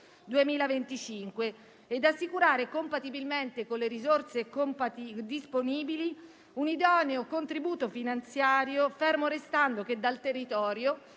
2025 e assicurare, compatibilmente con le risorse disponibili, un idoneo contributo finanziario, fermo restando che dal territorio